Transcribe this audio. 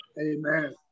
Amen